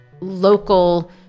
local